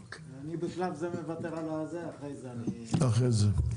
אני בשלב זה מוותר, אחרי זה אדבר.